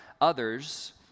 others